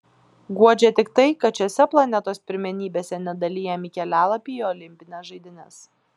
guodžia tik tai kad šiose planetos pirmenybėse nedalijami kelialapiai į olimpines žaidynes